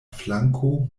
flanko